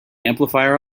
amplifier